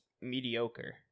mediocre